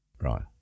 Right